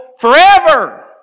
forever